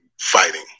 Fighting